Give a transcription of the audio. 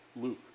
Luke